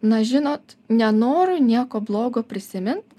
na žinot nenoriu nieko blogo prisimint